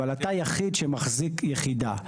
אבל, אתה היחיד שמחזיק יחידה.